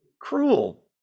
Cruel